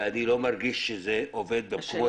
ואני לא מרגיש שזה עובד במקומות שיש שיטור עירוני.